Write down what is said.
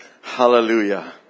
Hallelujah